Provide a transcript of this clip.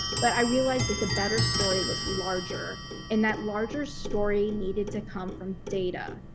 but i realized that the better story was larger and that larger story needed to come from data.